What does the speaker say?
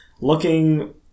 looking